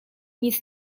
nic